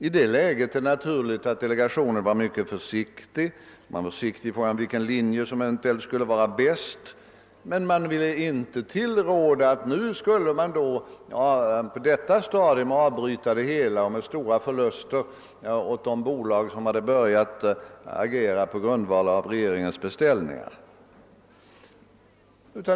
I den situationen var det naturligt att delegationen var mycket försiktig i fråga om vilken linje som eventuellt skulle vara bäst, men den ville inte tillråda att man på detta stadium skulle avbryta det hela med stora förluster genom ersättning till de bolag som hade börjat att agera på grundval av regeringens beställningar.